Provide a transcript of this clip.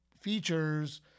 features